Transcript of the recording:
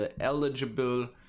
eligible